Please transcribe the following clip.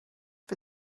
for